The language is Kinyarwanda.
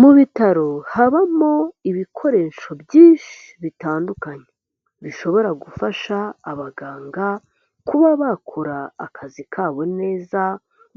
Mu bitaro habamo ibikoresho byinshi bitandukanye. Bishobora gufasha abaganga kuba bakora akazi kabo neza,